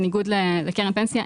בניגוד לקרן פנסיה,